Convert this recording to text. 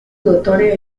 dotore